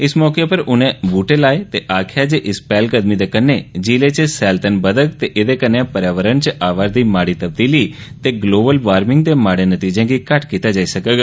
इस मौके उनें बूहटे लाए ते आखेआ जे इस पैह्लकदमी दे कन्नै जिले च सैलतन बघोग ते एह्दे कन्नै पर्यावरण च आवै'रदी माड़ी तब्दीली ते ग्लोबल वार्भिंग दे माड़े नतीजें गी घट्ट कीता जाई सकोग